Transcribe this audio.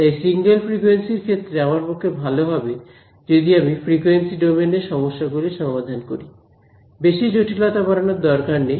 তাই single frequency এর ক্ষেত্রে আমার পক্ষে ভালো হবে যদি আমি ফ্রিকোয়েন্সি ডোমেন এ সমস্যাগুলির সমাধান করি বেশি জটিলতা বাড়ানোর দরকার নেই